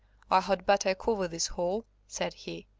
i had better cover this hole, said he,